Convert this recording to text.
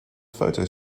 photo